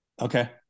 Okay